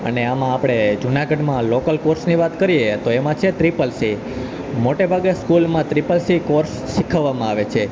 અને આમાં આપણે જુનાગઢમાં લોકલ કોર્સની વાત કરીએ તો એમાં છે ત્રિપલ સી મોટે ભાગે સ્કૂલમાં ત્રિપલ સી કોર્સ શીખવવામાં આવે છે